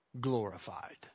glorified